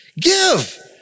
give